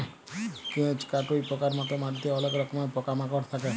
কেঁচ, কাটুই পকার মত মাটিতে অলেক রকমের পকা মাকড় থাক্যে